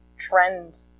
trend